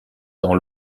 dans